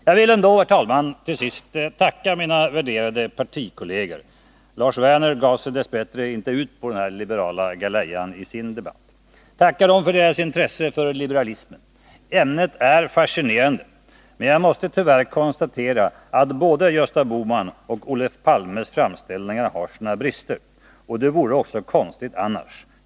Jag vill ändå till sist, herr talman, tacka mina värderade ”partikolleger” — Lars Werner gav sig dess bättre inte ut på denna liberala galeja i sitt anförande — för deras intresse för liberalismen. Ämnet är fascinerande, men jag måste tyvärr konstatera att både Gösta Bohmans och Olof Palmes framställningar har sina brister. Och det vore konstigt annars.